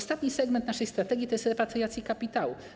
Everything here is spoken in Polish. Ostatni segment naszej strategii to jest repatriacja kapitału.